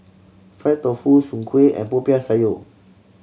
fried tofu Soon Kueh and Popiah Sayur